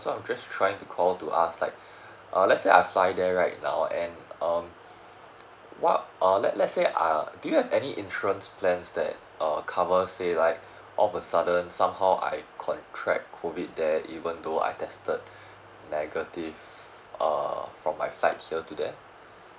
so I'm just trying to call to ask like uh let's say I fly there right now uh and um what err let let's say err do you have any insurance plans that err cover say like out of a sudden somehow I contract COVID there even though I tested negative uh from my side here to there